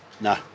No